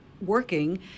Working